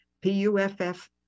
P-U-F-F